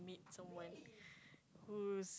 meet someone who's